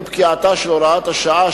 עם פקיעתה של הוראת השעה,